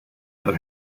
other